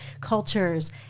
cultures